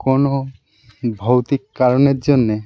কোনো ভৌতিক কারণের জন্যে